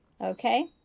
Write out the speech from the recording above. Okay